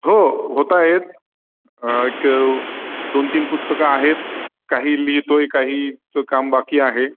हो होता आहेत एक दोन तीन पुस्तकं आहेत काही लिहितो आहे काहीचं काम बाकी आहे